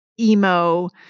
emo